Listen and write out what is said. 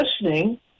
listening